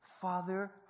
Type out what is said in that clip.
Father